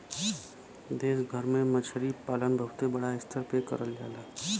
देश भर में मछरी पालन बहुते बड़ा स्तर पे करल जाला